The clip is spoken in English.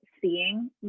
seeing